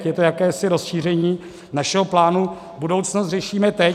Je to jakési rozšíření našeho plánu Budoucnost řešíme teď.